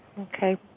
Okay